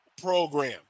program